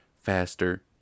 faster